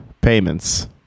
payments